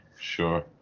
sure